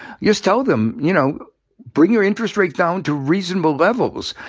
just tell them, you know bring your interest rate down to reasonable levels.